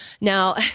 Now